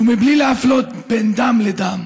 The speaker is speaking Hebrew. ומבלי להפלות בין דם לדם.